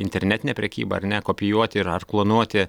internetinė prekyba ar ne kopijuoti ir ar klonuoti